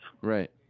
Right